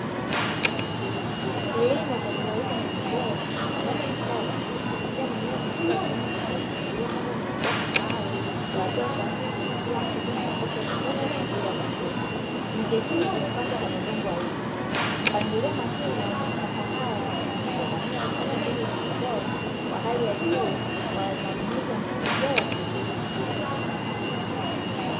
Kilimo cha kuzalisha mbegu bora kinaendelea kwa ustadi kupitia mimea michanga ya kijani kibichi iliyopangwa kwenye maboksi maalum kwa hatua sahihi na kila miche ukiwa na nafasi ya kutosha kwa ajili ya kukuwa. Miche hii imepandwa kwenye udongo wa rutuba, mpangilio makini wa mashamba haya unaonyesha dhamira ya kupata mbegu zime ubora wa hali ya juu kwa matumizi ya msimu ujao wa kilimo.